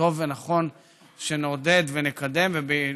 שטוב ונכון שנעודד ונקדם אותה,